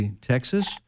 Texas